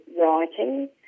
writing